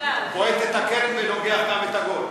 אז מי אני בכלל?" אתה בועט את הקרן ונוגח גם את הגול.